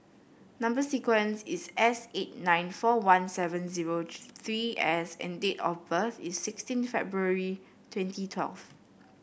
number sequence is S eight nine four one seven zero three S and date of birth is sixteen February twenty twelve